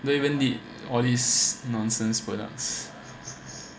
don't even need all these nonsense products